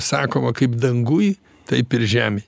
sakoma kaip danguj taip ir žemėj